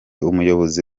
umuyobozi